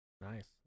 nice